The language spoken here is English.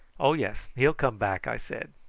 oh, yes he'll come back, i said.